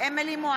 מרב מיכאלי,